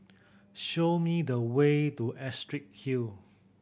show me the way to Astrid Hill